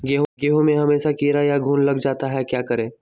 गेंहू में हमेसा कीड़ा या घुन लग जाता है क्या करें?